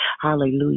Hallelujah